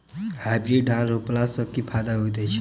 Hybrid धान रोपला सँ की फायदा होइत अछि?